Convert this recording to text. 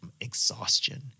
exhaustion